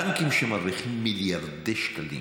בנקים שמרוויחים מיליארדי שקלים,